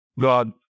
God